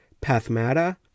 pathmata